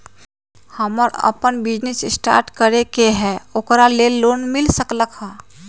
हमरा अपन business start करे के है ओकरा लेल लोन मिल सकलक ह?